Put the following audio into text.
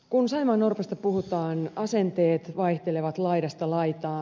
kun saimaannorpasta puhutaan asenteet vaihtelevat laidasta laitaan